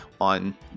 on